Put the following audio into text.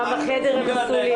כרגע עשינו.